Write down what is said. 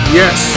yes